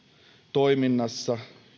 toiminnassa